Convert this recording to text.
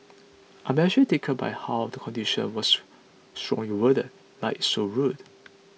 I am actually tickled by how the condition was strongly worded like it's so rude